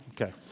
Okay